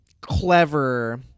Clever